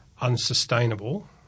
unsustainable